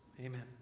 amen